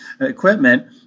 equipment